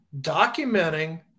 documenting